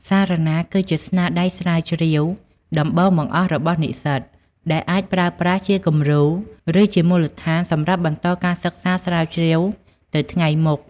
សារណាគឺជាស្នាដៃស្រាវជ្រាវដំបូងបង្អស់របស់និស្សិត ដែលអាចប្រើប្រាស់ជាគំរូ ឬជាមូលដ្ឋានសម្រាប់បន្តការសិក្សាស្រាវជ្រាវទៅថ្ងៃមុខ។